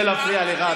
קשה להפריע לך,